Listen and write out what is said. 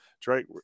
Drake